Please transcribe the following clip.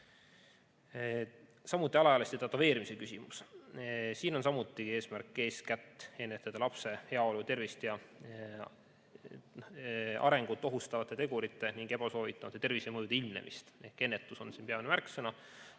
Samuti alaealiste tätoveerimise küsimus. Siin on samuti eesmärk eeskätt ennetada lapse heaolu, tervist ja arengut ohustavate tegurite ning ebasoovitavate tervisemõjude ilmnemist ehk ennetus on siin peamine märksõna.